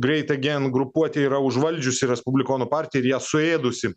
greit agen grupuotė yra užvaldžiusi respublikonų partiją ir ją suėdusi